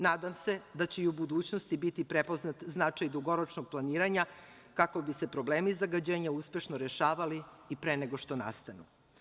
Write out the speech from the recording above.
Nadam se da će i u budućnosti biti prepoznat značaj dugoročnog planiranja kako bi se problemi zagađenja uspešno rešavali i pre nego što nastanu.